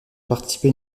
exercé